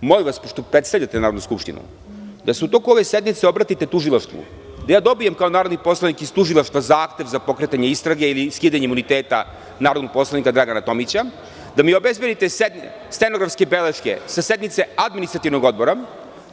Molim vas, pošto predstavljate Narodnu skupštinu, da se u toku ove sednice obratite tužilaštvu, da ja dobijem, kao narodni poslanik iz tužilaštva zahtev za pokretanje istrage ili skidanje imuniteta narodnog poslanika Dragana Tomića, da mi obezbedite stenografske beleške sa sednice Administrativnog odbora,